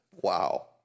Wow